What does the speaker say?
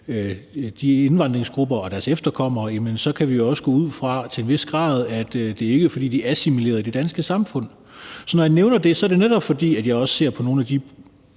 de indvandrergrupper og blandt deres efterkommere, kan vi også til en vis grad gå ud fra, at det er, fordi de ikke er assimileret i det danske samfund. Så når jeg nævner det, er det, netop fordi jeg også ser på nogle af de